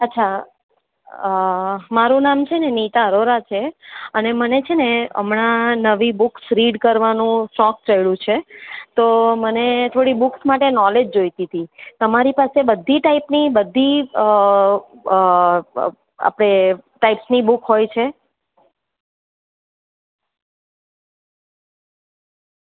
અચ્છા મારું નામ છે ને નીતા અરોરા છે અને મને છેને હમણાં નવી બુક્સ રીડ કરવાનું શોખ ચડ્યું છે તો મને થોડી બુક્સ માટે નોલેજ જોઈતી હતી તમારી પાસે બધી ટાઈપની બધી બધી આપણે ટાઈપ્સની બુક હોય છે